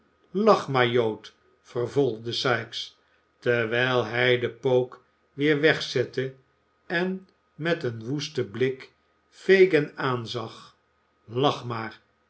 lach maar jood vervolgde sikes terwijl hij den pook weer wegzette en met een woesten blik fagin aanzag lach maar